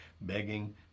begging